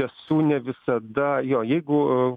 tiesų ne visada jo jeigu